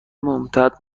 ممتد